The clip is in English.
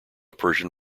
persian